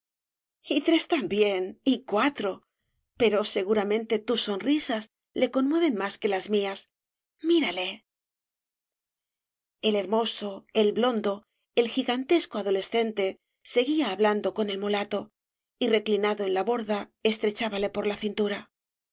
y tres también y cuatro pero seguramente tus sonrisas le conmueven más que las mías mírale el hermoso el blondo el gigantesco adolescente seguía hablando con el mulato y reclinado en la borda estrechábale por la cintura